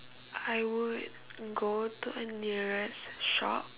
I would go to a nearest shop